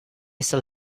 still